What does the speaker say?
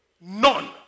none